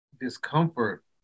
discomfort